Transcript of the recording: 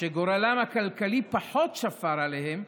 שגורלם הכלכלי פחות שפר עליהם,